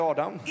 Adam